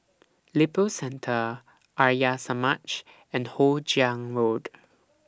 Lippo Centre Arya Samaj and Hoe Chiang Road